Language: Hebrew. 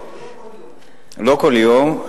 לא כל יום.